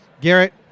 Garrett